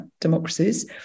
democracies